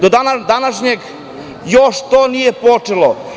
Do dana današnjeg još to nije počelo.